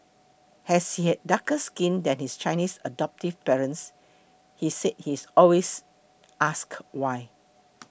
as he has darker skin than his Chinese adoptive parents he said he is always ask why